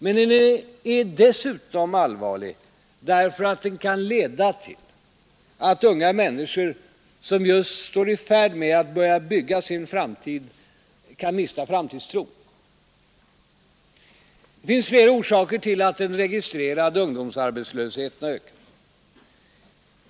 Men den är dessutom allvarlig därför att den kan leda till att unga människor, som just står i färd med att börja bygga sin framtid, kan mista framtidstron. Det finns flera orsaker till att den registrerade ungdomsarbetslösheten har ökat.